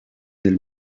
nel